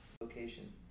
location